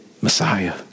Messiah